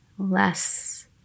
Less